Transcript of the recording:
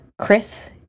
Chris